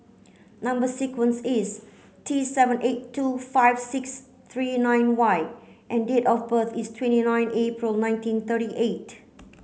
number sequence is T seven eight two five six three nine Y and date of birth is twenty nine April nineteen thirty eight